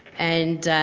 and